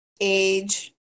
age